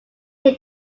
here